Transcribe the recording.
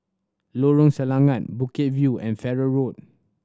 Lorong Selangat Bukit View and Farrer Road